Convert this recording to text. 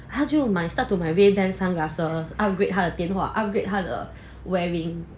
他就买 start to 买 Rayban sunglasses upgrade 他的电话 upgrade 他的 wearing